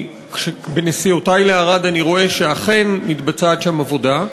בנסיעותי לערד אני רואה שאכן מתבצעת שם עבודה.